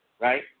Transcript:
right